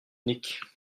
unique